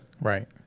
right